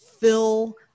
fill